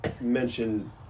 mention